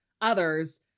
others